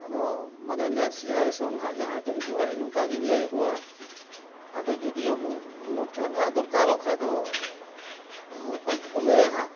ᱟᱫᱚ ᱢᱟᱱᱮ next generation ᱦᱟᱸᱜ ᱡᱟᱦᱟᱸᱭ ᱠᱚ ᱦᱤᱡᱩᱜᱼᱟ ᱤᱧ ᱱᱚᱝᱠᱟᱜᱮᱧ ᱞᱟᱹᱭᱟᱠᱚᱣᱟ ᱟᱫᱚ ᱡᱚᱫᱤᱭᱳ ᱢᱩ ᱢᱩᱴᱷᱟᱹᱱ ᱦᱟᱸᱜ ᱫᱚᱨᱠᱟᱨᱚᱜ ᱠᱷᱟᱱ ᱫᱚ ᱚᱠᱚᱭ ᱠᱚᱠᱚ ᱞᱟᱹᱭᱟ ᱦᱟᱸᱜ